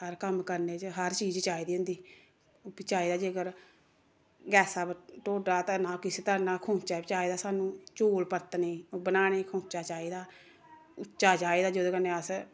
हर कम्म करने च हर चीज चाहिदी होंदी ओह् बी चाहिदा जेकर गैसा पर ढोड्ढा धरना किश धरना खोंचा बी चाहिदा सानूं चौल परतने गी बनाने ई खोंचा चाहिदा उच्चा चाहिदा जेह्दे कन्नै अस